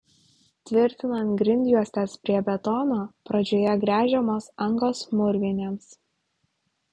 tvirtinant grindjuostes prie betono pradžioje gręžiamos angos mūrvinėms